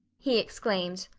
he exclaimed.